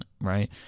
right